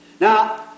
Now